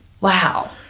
Wow